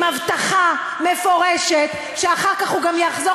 עם הבטחה מפורשת שאחר כך הוא גם יחזור